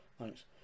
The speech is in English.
Thanks